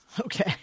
Okay